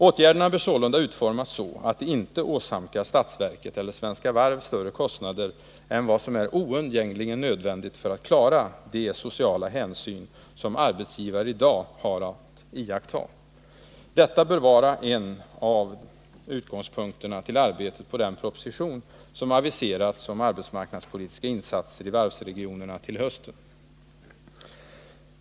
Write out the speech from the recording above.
Åtgärderna bör sålunda utformas så att de inte åsamkar statsverket eller Svenska Varv större kostnader än vad som är oundgängligen nödvändigt för att klara de sociala hänsyn som arbetsgivare i dag har att iaktta. Detta bör vara en av utgångspunkterna för arbetet på den proposition om arbetsmarknadspolitiska insatser i varvsregionerna som aviserats till hösten.